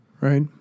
Right